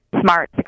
smart